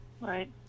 Right